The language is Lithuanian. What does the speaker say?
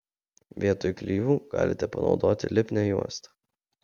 vietoj klijų galite panaudoti lipnią juostą